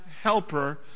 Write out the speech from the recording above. helper